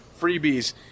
freebies